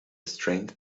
strength